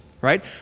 Right